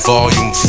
Volume